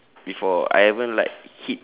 before I haven't like hit